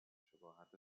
شباهت